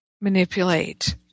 manipulate